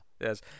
yes